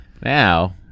Now